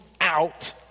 out